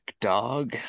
dog